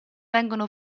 vengono